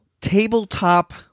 Tabletop